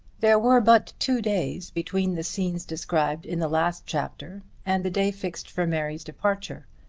there were but two days between the scenes described in the last chapter and the day fixed for mary's departure,